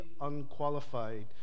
unqualified